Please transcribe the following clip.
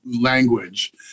language